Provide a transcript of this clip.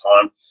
time